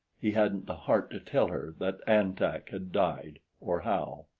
he hadn't the heart to tell her that an-tak had died, or how.